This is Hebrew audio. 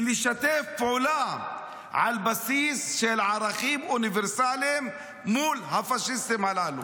ולשתף פעולה על בסיס של ערכים אוניברסליים מול הפשיסטים הללו.